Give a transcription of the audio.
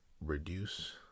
reduce